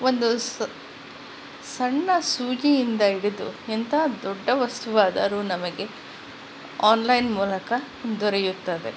ಒಂದು ಸಣ್ಣ ಸೂಜಿಯಿಂದ ಹಿಡಿದು ಎಂತಹ ದೊಡ್ಡ ವಸ್ತುವಾದರೂ ನಮಗೆ ಆನ್ಲೈನ್ ಮೂಲಕ ದೊರೆಯುತ್ತದೆ